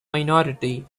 minority